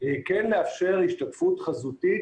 כן לאפשר השתתפות חזותית